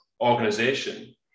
organization